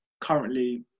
currently